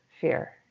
fear